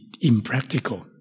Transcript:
impractical